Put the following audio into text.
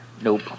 Nope